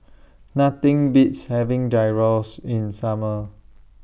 Nothing Beats having Gyros in Summer